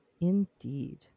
Indeed